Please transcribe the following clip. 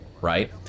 right